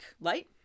light